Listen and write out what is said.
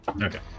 Okay